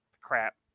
Crap